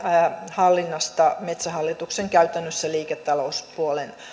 hallinnasta metsähallituksen liiketalouspuolen